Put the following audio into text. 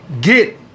get